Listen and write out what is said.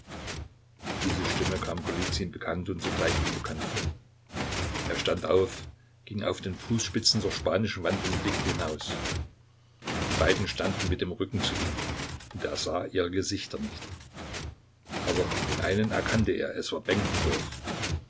diese stimme kam golizyn bekannt und zugleich unbekannt vor er stand auf ging auf den fußspitzen zur spanischen wand und blickte hinaus die beiden standen mit dem rücken zu ihm und er sah ihre gesichter nicht aber den einen erkannte er es war